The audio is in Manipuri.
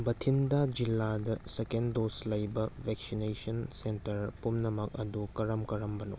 ꯕꯊꯤꯟꯗꯥ ꯖꯤꯜꯂꯥꯗ ꯁꯦꯀꯦꯟ ꯗꯣꯁ ꯂꯩꯕ ꯚꯦꯛꯁꯤꯅꯦꯁꯟ ꯁꯦꯟꯇꯔ ꯄꯨꯝꯅꯃꯛ ꯑꯗꯨ ꯀꯔꯝ ꯀꯔꯝꯕꯅꯣ